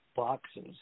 boxes